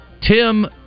Tim